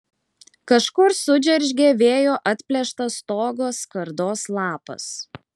kažkur sudžeržgė vėjo atplėštas stogo skardos lapas